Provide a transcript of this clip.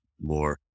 more